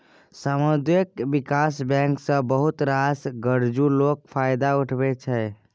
सामुदायिक बिकास बैंक सँ बहुत रास गरजु लोक फायदा उठबै छै